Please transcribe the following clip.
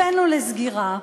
הבאנו לסגירה,